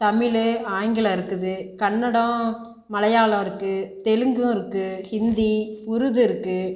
தமிழ் ஆங்கிலம் இருக்குது கன்னடம் மலையாளம் இருக்கு தெலுங்கும் இருக்கு ஹிந்தி உருது இருக்கு